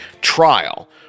trial